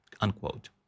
unquote